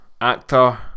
actor